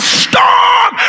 storm